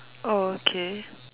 oh okay